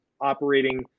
operating